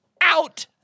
Out